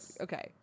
okay